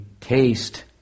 taste